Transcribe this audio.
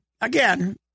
again